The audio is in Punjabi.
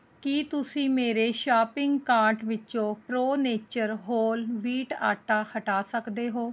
ਕੀ ਤੁਸੀਂ ਮੇਰੇ ਸ਼ਾਪਿੰਗ ਕਾਰਟ ਵਿੱਚੋਂ pro nature whole wheat atta ਹਟਾ ਸਕਦੇ ਹੋ